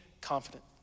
confident